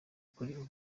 kuri